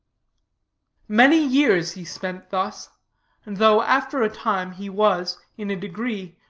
many years he spent thus and though after a time he was, in a degree,